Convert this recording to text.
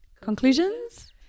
conclusions